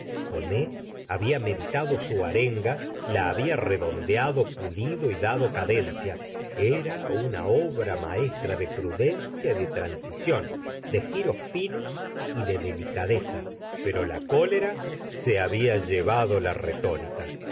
homais habia meditado su arenga la habia redondeado pulido y dado cadencia era una obra inaestra de prudencia y de transición de giros finos y de delicadeza pero la cólera se había llevado la retó